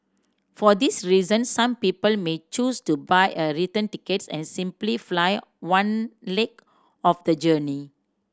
for this reason some people may choose to buy a return tickets and simply fly one leg of the journey